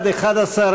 סעיפים 1 8 נתקבלו.